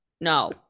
No